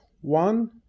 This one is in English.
One